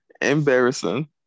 Embarrassing